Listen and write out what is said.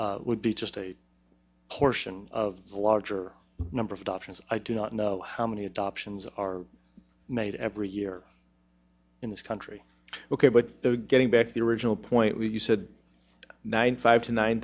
instances would be just a portion of the larger number of adoptions i do not know how many adoptions are made every year in this country ok but getting back to the original point when you said ninety five to nine